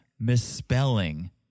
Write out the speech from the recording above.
misspelling